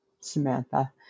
Samantha